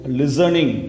listening